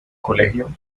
colegio